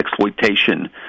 exploitation